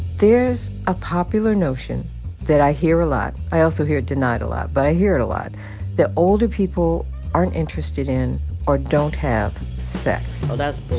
there's a popular notion that i hear a lot i also hear it denied a lot, but i hear it a lot that older people aren't interested in or don't have sex oh, that's bull.